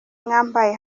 mwambaye